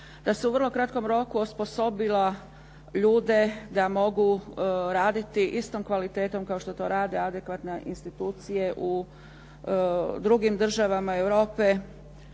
da se u vrlo kratkom roku osposobilo ljude da mogu raditi istom kvalitetom kao što to rade adekvatne institucije u drugim državama Europe,